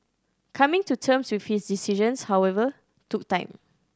coming to terms with his decisions however took time